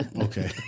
Okay